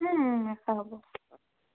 ৰাখা হ'ব